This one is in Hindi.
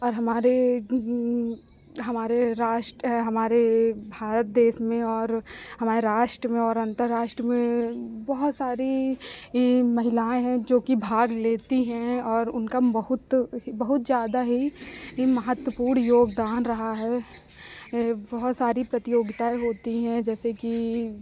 और हमारे हमारे राष्ट्र हमारे भारत देश में और हमारे राष्ट्र में और अंतरराष्ट्रीय में बहुत सारी महिलाएं हैं जोकि भाग लेती हैं और उनका बहुत बहुत ज़्यादा ही महत्वपूर्ण योगदान रहा है बहुत सारी प्रतियोगिताएं होती है जैसे कि